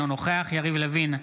אינו נוכח יריב לוין,